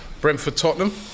Brentford-Tottenham